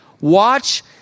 watch